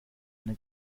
eine